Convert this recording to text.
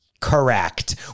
Correct